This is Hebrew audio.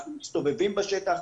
אנחנו מסתובבים בשטח,